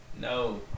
No